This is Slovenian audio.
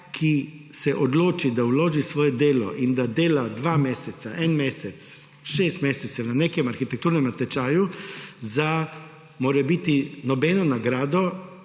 ki se odloči, da vloži svoje delo in da dela dva meseca, en mesec, šest mesecev na nekem arhitekturnem natečaju za morebiti nobeno nagrado